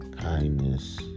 kindness